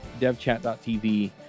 devchat.tv